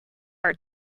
are